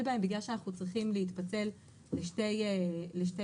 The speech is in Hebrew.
בהם בגלל שאנחנו צריכים להתפצל לשתי ועדות,